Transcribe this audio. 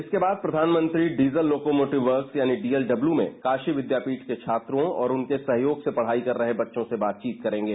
इसके बाद प्रयानमंत्री डीजल लोकोमोटिव वर्क्स यानी डी एल डब्लू में कारी विद्यायीठ के छात्रों और उनके सहयोग से पढ़ाई कर रहे बच्चों से बातचीत करेगे